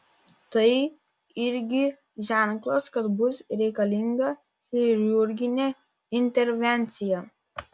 tai irgi ženklas kad bus reikalinga chirurginė intervencija